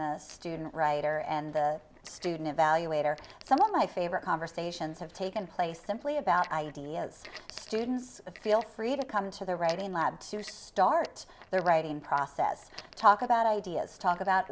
the student writer and the student evaluator some of my favorite conversations have taken place simply about ideas students feel free to come to the writing lab to start their writing process to talk about ideas talk about